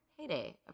heyday